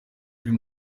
ziri